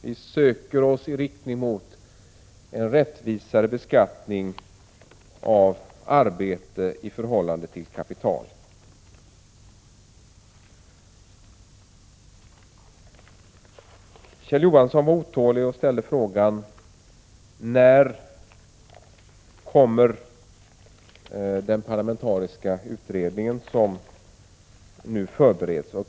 Vi söker oss i riktning mot en rättvisare beskattning av arbete i förhållande till kapital. Kjell Johansson frågade otåligt: När kommer den parlamentariska utredning som nu förbereds?